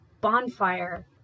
bonfire